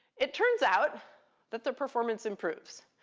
it turns out that the performance improves.